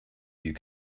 you